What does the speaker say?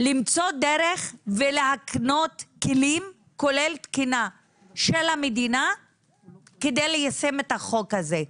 למצוא דרך ולהקנות כלים כולל תקינה של המדינה כדי ליישם את החוק הזה.